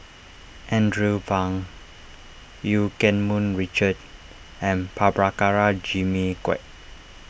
Andrew Phang Eu Keng Mun Richard and Prabhakara Jimmy Quek